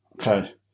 okay